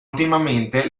ultimamente